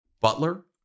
butler